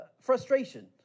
frustration